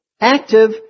active